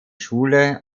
schule